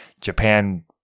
Japan